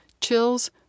chills